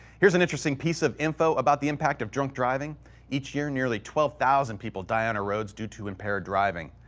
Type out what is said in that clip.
here's an interesting piece of info about the impact of drunk driving each year nearly twelve thousand people die on our roads due to impaired driving.